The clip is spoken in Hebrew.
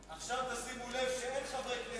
עכשיו תשימו לב שאין חברי כנסת של הקואליציה.